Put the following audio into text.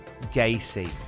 gacy